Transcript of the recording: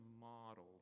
model